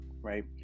right